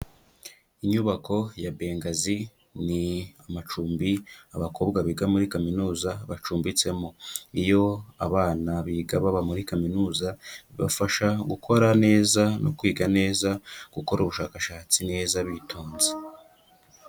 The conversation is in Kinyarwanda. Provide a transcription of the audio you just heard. Inyubako ya Bengazi ni amacumbi abakobwa biga muri kaminuza bacumbitsemo. Iyo abana biga baba muri kaminuza, bibafasha gukora neza no kwiga neza, gukora ubushakashatsi neza bitonze.